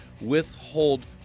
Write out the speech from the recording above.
withhold